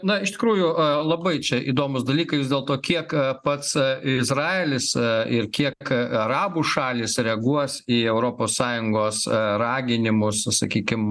na iš tikrųjų labai čia įdomūs dalykai vis dėlto kiek pats izraelis ir kiek arabų šalys reaguos į europos sąjungos raginimus sakykim